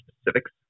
specifics